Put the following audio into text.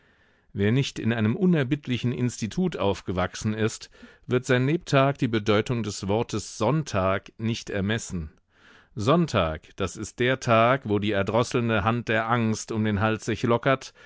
wer nicht in einem unerbittlichen institut aufgewachsen ist wird sein lebtag die bedeutung des wortes sonntag nicht ermessen sonntag das ist der tag wo die erdrosselnde hand der angst um den hals sich lockert